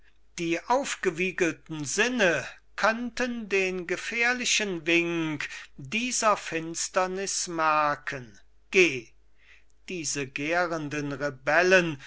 die aufgewiegelten sinne könnten den gefährlichen wink dieser finsternis merken geh diese gärenden rebellen